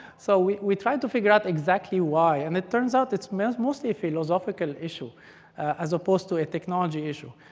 so we we tried to figure out exactly why, and it turns out it's mostly a philosophical issue as opposed to a technology issue.